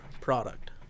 product